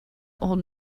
old